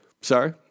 Sorry